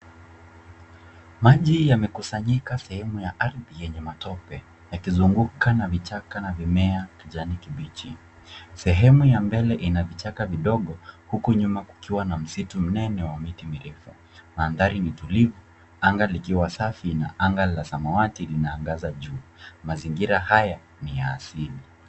Maji yamekusanyika sehemu ya ardhi yenye matope yakizungukwa na vichaka na mimea ya kijani kibichi. Sehemu ya mbele ina vichaka vidogo huku nyuma kukiwa na msitu mnene wa miti mirefu. Mandhari ni tulivu, anga likiwa safi na anga la samawati linaangaza juu. Mazingira haya ni ya asili.